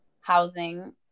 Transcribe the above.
housing